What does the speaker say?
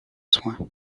soin